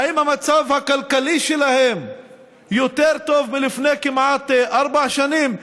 האם המצב הכלכלי שלהם יותר טוב מלפני כמעט ארבע שנים?